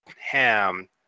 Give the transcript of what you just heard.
ham